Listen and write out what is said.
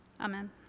Amen